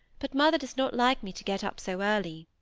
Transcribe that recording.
but mother does not like me to get up so early